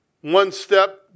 one-step